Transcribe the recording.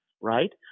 right